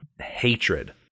hatred